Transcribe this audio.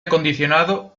acondicionado